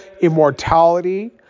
immortality